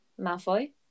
Malfoy